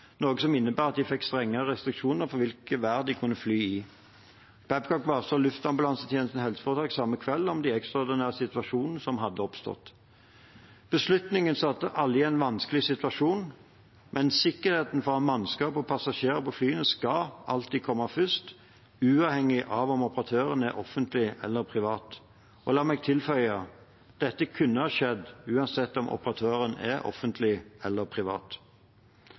noe som innebar at de fikk strengere restriksjoner for hvilket vær de kunne fly i. Babcock varslet Luftambulansetjenesten HF samme kveld om den ekstraordinære situasjonen som hadde oppstått. Beslutningen satte alle i en vanskelig situasjon, men sikkerheten for mannskapet og passasjerene på flyene skal alltid komme først, uavhengig av om operatøren er offentlig eller privat. Og la meg tilføye: Dette kunne ha skjedd uansett om operatøren er offentlig eller privat.